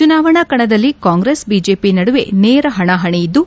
ಚುನಾವಣಾ ಕಣದಲ್ಲಿ Congress BJP ನಡುವೆ ನೇರ ಹಣಾಹಣಿ ಇದ್ದು